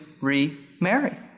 remarry